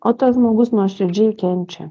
o tas žmogus nuoširdžiai kenčia